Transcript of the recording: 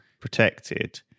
protected